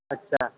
اچھا